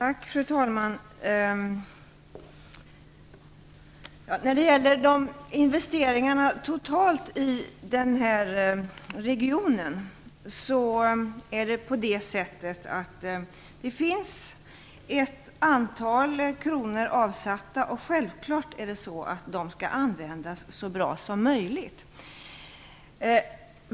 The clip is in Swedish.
Fru talman! När det gäller investeringarna totalt sett i den aktuella regionen är ett antal kronor avsatta. Självklart skall de användas så bra som möjligt.